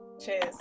Cheers